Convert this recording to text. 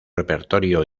repertorio